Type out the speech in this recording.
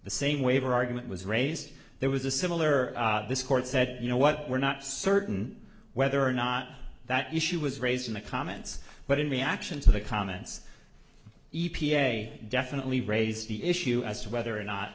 the same waiver argument was raised there was a similar this court said you know what we're not certain whether or not that issue was raised in the comments but in reaction to the comments e p a definitely raised the issue as to whether or not